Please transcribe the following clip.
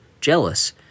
jealous